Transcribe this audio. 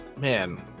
man